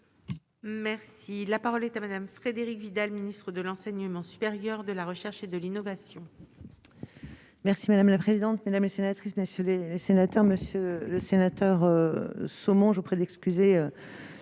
Merci, la parole est à Madame Frédérique Vidal, ministre de l'enseignement supérieur de la recherche et de l'innovation. Merci madame la présidente mesdames et sénatrices, messieurs les sénateurs, Monsieur le Sénateur, saumon, je vous prie d'excuser